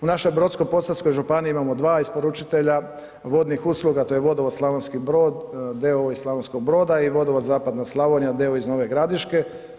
U našoj brodsko-posavskoj županiji imamo dva isporučitelja vodnih usluga, to je Vodovod Slavonski Brod d.o.o. iz Slavonskog Broda i Vodovod Zapadna Slavonija d.o.o. iz Nove Gradiške.